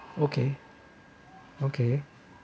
okay okay